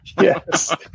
Yes